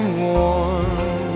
warm